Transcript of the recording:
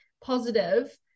positive